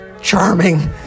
Charming